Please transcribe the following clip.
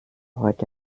heute